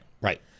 Right